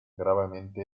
gravemente